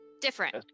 Different